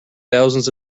thousands